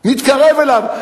נתקרב אליו.